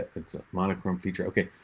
it's a monochrome feature, okay?